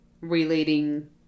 relating